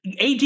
AD